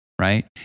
Right